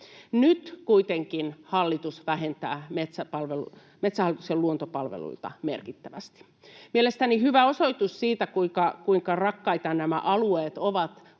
Nyt kuitenkin hallitus vähentää Metsähallituksen luontopalveluilta merkittävästi. Mielestäni hyvä osoitus siitä, kuinka rakkaita nämä alueet ovat,